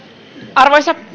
arvoisa